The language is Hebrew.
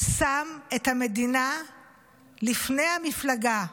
שם את המדינה לפני המפלגה.